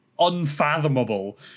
unfathomable